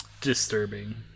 disturbing